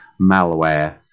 malware